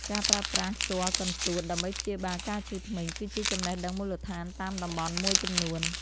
ការប្រើប្រាស់ជ័រកន្ទួតដើម្បីព្យាបាលការឈឺធ្មេញ គឺជាចំណេះដឹងមូលដ្ឋានតាមតំបន់មួយចំនួន។